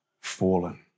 fallen